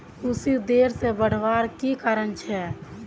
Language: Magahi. कुशी देर से बढ़वार की कारण छे?